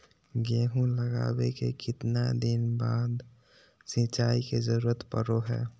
गेहूं लगावे के कितना दिन बाद सिंचाई के जरूरत पड़ो है?